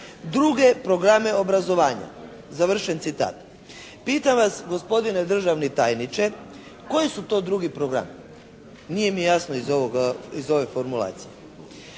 "druge programe obrazovanja". Pitam vas gospodine državni tajniče koji su to drugi programi, nije mi jasno iz ove formulacije.